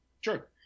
Sure